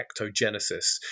ectogenesis